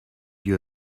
your